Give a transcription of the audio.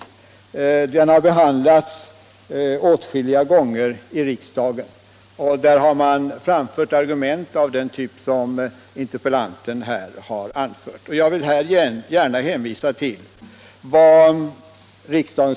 Frågan har behandlats åtskilliga gånger i riksdagen, och där har framförts argument av samma typ som de argument som interpellanten här har anfört.